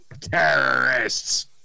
terrorists